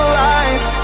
lies